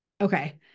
Okay